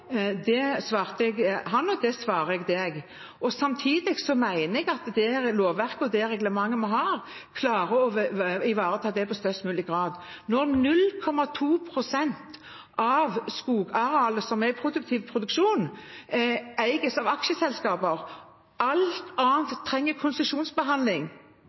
Det svarte jeg ham, og det svarer jeg representanten Pollestad. Samtidig mener jeg at det lovverket og det reglementet vi har, klarer å ivareta det i størst mulig grad. Når 0,2 pst. av det produktive skogarealet eies av aksjeselskaper – alt